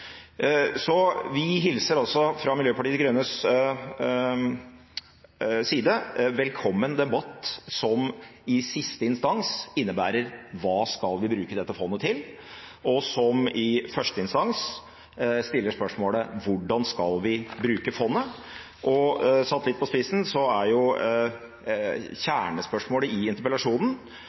Så fra Miljøpartiet De Grønnes side hilser vi velkommen en debatt som i siste instans innebærer hva vi skal bruke dette fondet til, og som i første instans stiller spørsmålet: Hvordan skal vi bruke fondet? Satt litt på spissen er jo kjernespørsmålet i interpellasjonen: